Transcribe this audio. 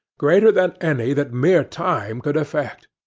greater than any that mere time could effect.